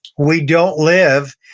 we don't live,